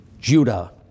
Judah